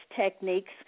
techniques